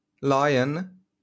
Lion